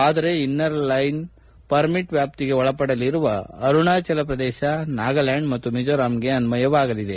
ಆದರೆ inner line permit ವ್ಯಾಪ್ತಿಗೆ ಒಳಪಡಲಿರುವ ಅರುಣಾಚಲ ಪ್ರದೇಶ ನಾಗಲ್ದಾಂಡ್ ಮತ್ತು ಮಿಜೋರಾಂಗೆ ಅನ್ವಯವಾಗಲಿದೆ